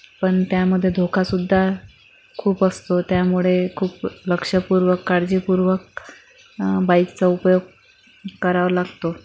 पण त्यामधे धोकासुद्धा खूप असतो त्यामुळे खूप लक्षपूर्वक काळजीपूर्वक बाइकचा उपयोग करावा लागतो